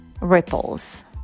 ripples